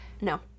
No